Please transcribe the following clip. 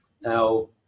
Now